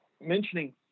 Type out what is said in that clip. mentioning